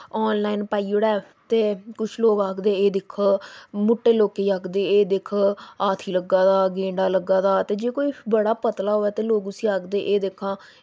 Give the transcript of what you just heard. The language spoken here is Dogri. आनलाइन पाई ओड़ै ते कुछ लोग आखदे एह् दिक्खो मुट्टे लोकें गी आखदे एह् दिक्ख हाथी लग्गा दा गैंडा लग्गा दा जे कोई बड़ा पतला होऐ ते लोग उस्सी आखदे एह् दिक्खो